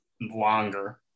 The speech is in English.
longer